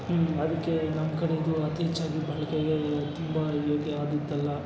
ಹ್ಞೂ ಅದಕ್ಕೆ ನಮ್ಮ ಕಡೆ ಇದು ಅತೀ ಹೆಚ್ಚಾಗಿ ಬಾಳಿಕೆಗೆ ತುಂಬ ಯೋಗ್ಯವಾದದ್ದಲ್ಲ